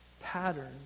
pattern